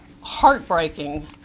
heartbreaking